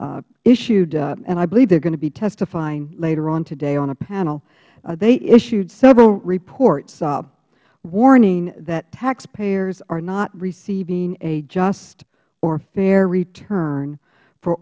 issued and i believe they are going to be testifying later on today on a panel they issued several reports warning that taxpayers are not receiving a just or fair return for